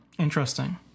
Interesting